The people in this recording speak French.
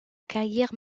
carrière